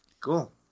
Cool